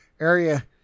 area